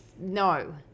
No